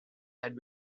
had